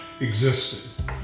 existed